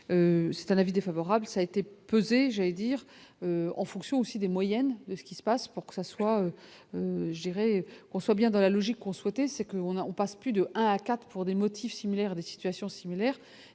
c'est un avis défavorable, ça été pesé, j'allais dire en fonction aussi des moyennes, mais ce qui se passe pour que ça soit dirais on soit bien dans la logique qu'on souhaitait c'est que on a on passe plus de 1 à 4 pour des motifs similaires des situations similaires